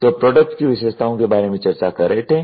तो प्रोडक्ट की विशेषतओं के बारे में चर्चा कर रहे थे